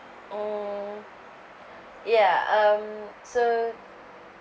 mm ya um so